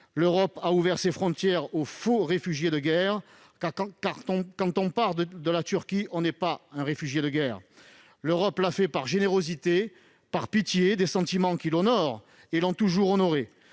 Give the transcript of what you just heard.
L'Europe a ouvert ses frontières aux faux réfugiés de guerre, car celui qui part de la Turquie ne peut pas être considéré comme tel. L'Europe l'a fait par générosité et par pitié. Ces sentiments l'honorent et l'ont toujours honorée,